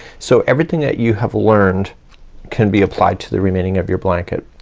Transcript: so everything that you have learned can be applied to the remaining of your blanket.